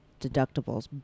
deductibles